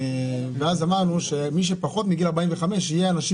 ואז אמרנו שמי שפחות מגיל 45 יהיה אנשים